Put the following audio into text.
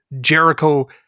Jericho